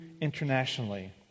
internationally